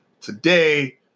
today